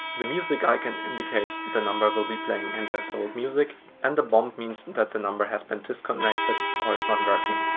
the music icon indicates the number will be playing endless hold music and the bomb means that the number has been disconnected or is not working.